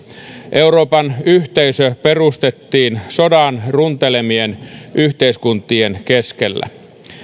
euroopan yhteisö perustettiin sodan runtelemien yhteiskuntien keskellä